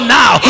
now